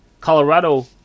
Colorado